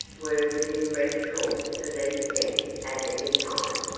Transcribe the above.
were within ready call for these men at any time.